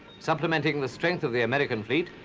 supplementing the strength of the american beat,